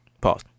Pause